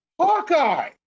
Hawkeye